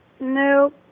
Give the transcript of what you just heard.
No